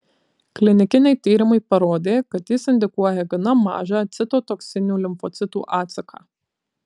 klinikiniai tyrimai parodė kad jis indukuoja gana mažą citotoksinių limfocitų atsaką